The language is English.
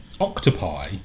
octopi